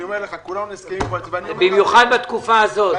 אני אומר לך -- במיוחד בתקופה הזאת,